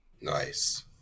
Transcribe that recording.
Nice